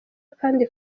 kandi